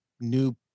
new